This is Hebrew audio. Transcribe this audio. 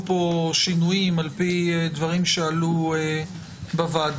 כאן שינויים על פי דברים שעלו בוועדה.